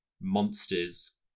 monsters